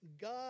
God